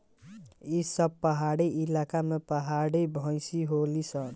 ई सब पहाड़ी इलाका के पहाड़ी भईस होली सन